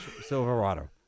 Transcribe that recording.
Silverado